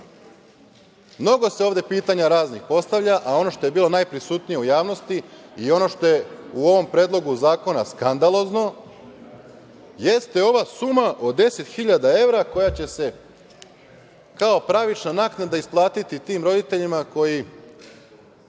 se ovde raznih pitanja postavlja, a ono što je bilo najprisutnije u javnosti i ono što je u ovom predlogu zakona skandalozno, jeste ova suma od 10.000 evra, koja će se kao pravična naknada isplatiti tim roditeljima koji